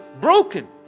Broken